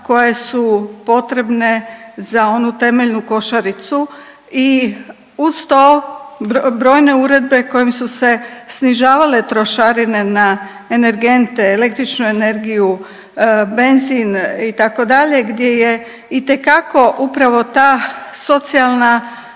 koje su potrebne za onu temeljnu košaricu i uz to brojne uredbe kojim su se snižavale trošarine na energente, električnu energiju, benzin itd., gdje je itekako upravo ta socijalna